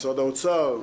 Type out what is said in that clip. משרד האוצר,